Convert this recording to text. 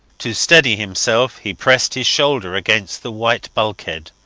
to steady himself, he pressed his shoulder against the white bulkhead,